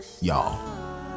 y'all